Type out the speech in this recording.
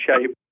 shape